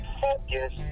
focus